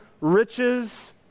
riches